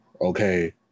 okay